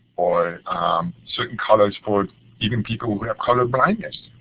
or certain colors for even people who have colorblindness.